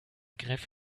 griff